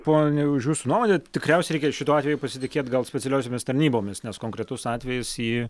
pone už jūsų nuomonę tikriausiai reikia šituo atveju pasitikėt gal specialiosiomis tarnybomis nes konkretus atvejis į